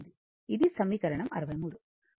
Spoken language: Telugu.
ఇది సమీకరణం 63